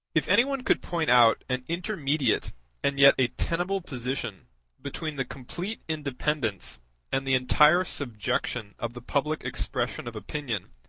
if any one could point out an intermediate and yet a tenable position between the complete independence and the entire subjection of the public expression of opinion,